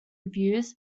reviews